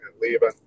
leaving